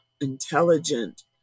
intelligent